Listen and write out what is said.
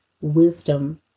wisdom